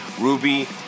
Ruby